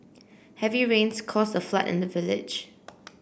heavy rains caused a flood in the village